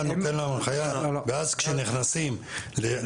100 נותן להם הנחיה ואז כשנכנסים לגזרה